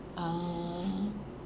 ah